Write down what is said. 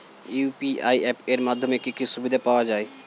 UPI app এর মাধ্যমে কি কি সুবিধা পাওয়া যায়?